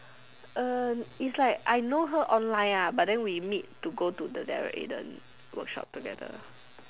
uh is like I know her online ah but then we meet to go to the Daryl Aiden the workshop together